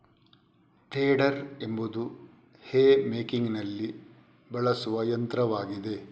tedder ಎಂಬುದು hay ಮೇಕಿಂಗಿನಲ್ಲಿ ಬಳಸುವ ಯಂತ್ರವಾಗಿದೆ